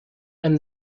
and